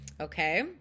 Okay